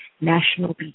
National